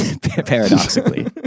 paradoxically